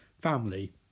Family